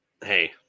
hey